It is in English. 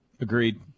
Agreed